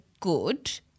good